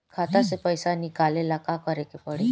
खाता से पैसा निकाले ला का करे के पड़ी?